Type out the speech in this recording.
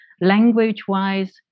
Language-wise